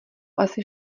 asi